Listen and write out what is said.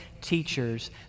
teachers